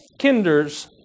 kinders